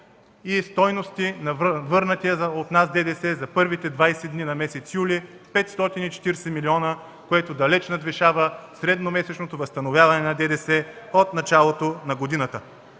и стойности на върнатия от нас данък добавена стойност за първите 20 дни на месец юли – 540 милиона, което далеч надвишава средномесечното възстановяване на ДДС от началото на годината.